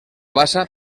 bassa